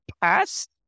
past